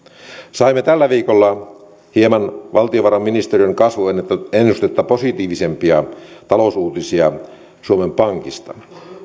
saimme tällä viikolla hieman valtiovarainministeriön kasvuennustetta positiivisempia talousuutisia suomen pankista